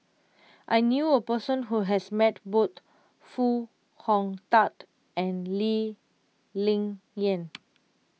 I knew a person who has met both Foo Hong Tatt and Lee Ling Yen